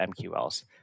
MQLs